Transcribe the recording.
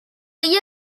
you